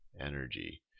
energy